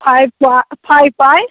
five five Y